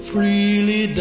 Freely